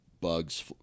bugs